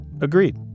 agreed